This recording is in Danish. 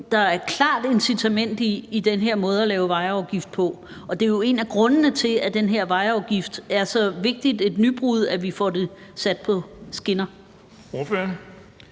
som der klart er incitament til i den her måde at lave vejafgift på, og det er jo en af grundene til, at den her vejafgift er så vigtigt et nybrud, at vi får det sat på skinner.